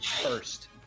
first